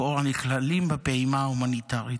שלכאורה נכללים בפעימה ההומניטרית.